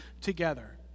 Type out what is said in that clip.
together